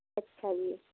ਅੱਛਾ ਜੀ